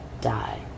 Die